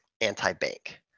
anti-bank